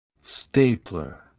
Stapler